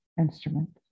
instruments